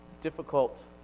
difficult